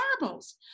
marbles